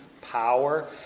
power